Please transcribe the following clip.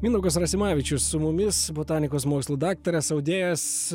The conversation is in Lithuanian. mindaugas rasimavičius su mumis botanikos mokslų daktaras audėjas